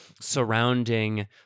surrounding